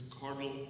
Cardinal